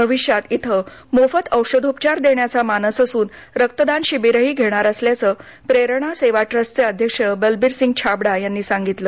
भविष्यात इथं मोफत औषधोपचार देण्याचा मानस असून रक्तदान शिबिरही घेणार असल्याचं प्रेरणा सेवा ट्स्टचे अध्यक्ष बलबिर सिंग छाबडा यांनी सांगितलं